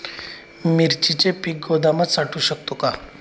मिरचीचे पीक गोदामात साठवू शकतो का?